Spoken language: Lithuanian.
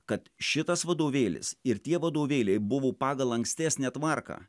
kad šitas vadovėlis ir tie vadovėliai buvo pagal ankstesnę tvarką